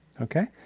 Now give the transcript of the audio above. Okay